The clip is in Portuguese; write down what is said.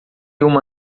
uma